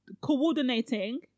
coordinating